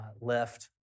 left